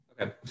Okay